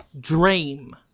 dream